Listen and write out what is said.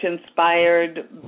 inspired